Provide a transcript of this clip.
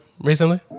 recently